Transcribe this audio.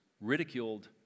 ridiculed